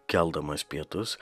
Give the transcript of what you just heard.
keldamas pietus